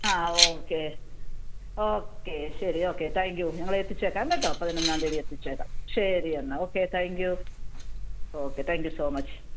ആ ആ okay okay ശരി ഓക്കെ താങ്ക് യൂ ഞങ്ങൾ എതിച്ചുതരാം കേട്ടോ പതിനൊന്നാംതിയതി എതിച്ചുതരാം ശരി എന്നാൽ okay thank you okay thank you so much